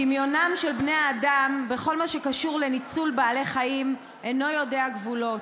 דמיונם של בני האדם בכל מה שקשור לניצול בעלי חיים אינו יודע גבולות.